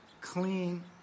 clean